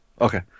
Okay